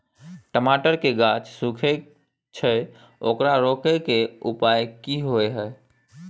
टमाटर के गाछ सूखे छै ओकरा रोके के उपाय कि होय है?